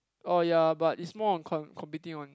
oh ya but it's more on com~ competing on